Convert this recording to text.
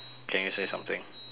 can you say something